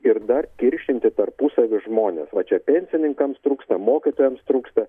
ir dar kiršinti tarpusavy žmones va čia pensininkams trūksta mokytojams trūksta